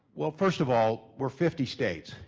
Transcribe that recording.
well first of all, we're fifty states.